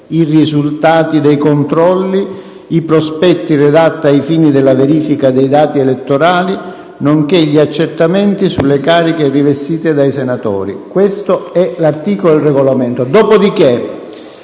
i risultati dei controlli ed i prospetti redatti ai fini della verifica dei dati elettorali, nonché gli accertamenti sulle cariche rivestite dai senatori». Questo è l'articolo 3 del Regolamento.